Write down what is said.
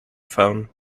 phone